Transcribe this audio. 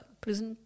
prison